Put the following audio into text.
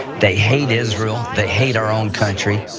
they hate israel, they hate our own country.